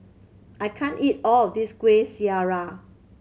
I can't eat all of this Kueh Syara